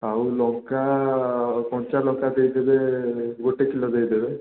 ଆଉ ଲଙ୍କା କଞ୍ଚା ଲଙ୍କା ଦେଇ ଦେବେ ଗୋଟେ କିଲୋ ଦେଇ ଦେବେ